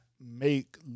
make